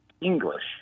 English